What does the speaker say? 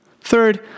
Third